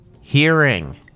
hearing